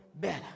better